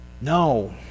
No